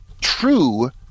true